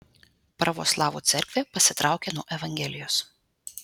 pravoslavų cerkvė pasitraukė nuo evangelijos